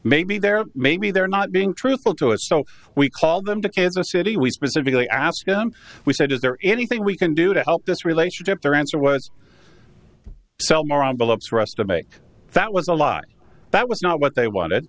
maybe there maybe they're not being truthful to us so we called them to kansas city we specifically asked him we said is there anything we can do to help this relationship their answer was sell more on billups rustam make that was a lie that was not what they wanted